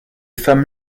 femmes